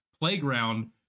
playground